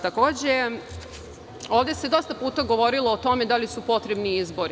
Takođe, ovde se dosta puta govorilo o tome da li su potrebni izbori.